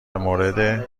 مورد